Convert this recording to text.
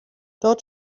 dort